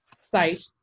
site